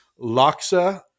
laksa